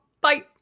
Bye